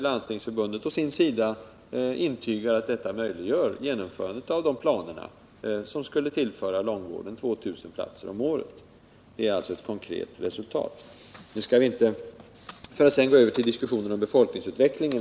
Landstingsförbundet intygar å sin sida att dessa pengar möjliggör genomförandet av de planer som skulle tillföra långvården 2 000 platser om året. Det är alltså ett konkret resultat. Låt oss sedan gå över till diskussionen om befolkningsutvecklingen.